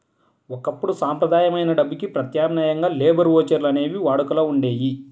ఒకప్పుడు సంప్రదాయమైన డబ్బుకి ప్రత్యామ్నాయంగా లేబర్ ఓచర్లు అనేవి వాడుకలో ఉండేయి